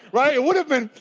right? it would have been,